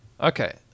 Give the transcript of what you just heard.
Okay